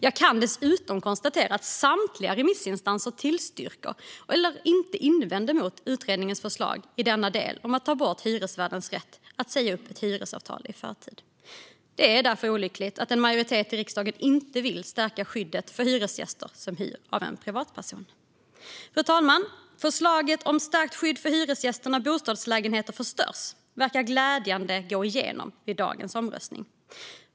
Jag kan dessutom konstatera att samtliga remissinstanser tillstyrker eller inte invänder mot utredningens förslag i delen om att ta bort hyresvärdens rätt att säga upp ett hyresavtal i förtid. Därför är det olyckligt att en majoritet i riksdagen inte vill stärka skyddet för hyresgäster som hyr av en privatperson. Fru talman! Förslaget om ett stärkt skydd för hyresgäster när bostadslägenheter förstörs verkar glädjande nog gå igenom vid dagens omröstning.